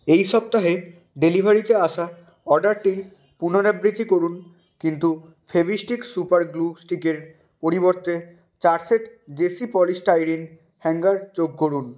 এই সপ্তাহে ডেলিভারিতে আসা অর্ডারটির পুনরাবৃত্তি করুন কিন্তু ফেভিস্টিক সুপার গ্লু স্টিকের পরিবর্তে চার সেট জেসি পলিস্টাইরিন হ্যাঙ্গার যোগ করুন